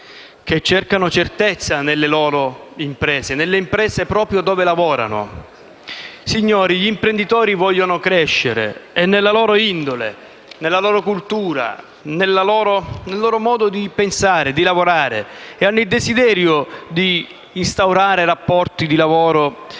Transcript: che cercano certezza nelle imprese in cui lavorano. Signori, gli imprenditori vogliono crescere, è nella loro indole, nella loro cultura, nel loro modo di pensare e di lavorare e hanno il desiderio di instaurare rapporti di lavoro